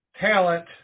talent